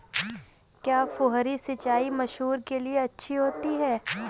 क्या फुहारी सिंचाई मसूर के लिए अच्छी होती है?